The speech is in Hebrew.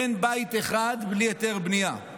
אין בית אחד בלי היתר בנייה.